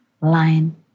line